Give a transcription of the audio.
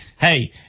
Hey